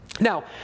Now